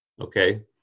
Okay